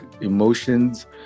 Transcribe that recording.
emotions